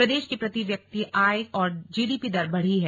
प्रदेश की प्रति व्यक्ति आय और जीडीपी दर बढ़ी है